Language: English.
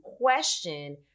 question